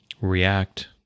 react